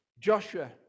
Joshua